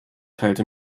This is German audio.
teilte